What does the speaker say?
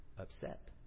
upset